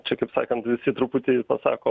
čia kaip sakant visi truputį pasako